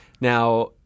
Now